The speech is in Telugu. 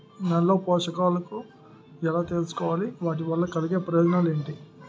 నేలలో పోషకాలను ఎలా తెలుసుకోవాలి? వాటి వల్ల కలిగే ప్రయోజనాలు ఏంటి?